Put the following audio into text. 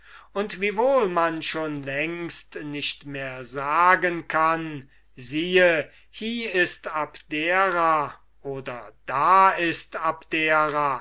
und wiewohl man schon längst nicht mehr sagen kann siehe hie ist abdera oder da ist abdera